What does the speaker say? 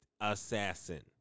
Assassin